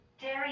Dairy